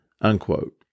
unquote